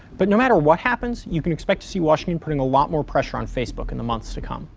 but no matter what happens, you can expect to see washington putting a lot more pressure on facebook in the months to come.